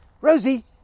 Rosie